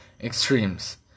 Extremes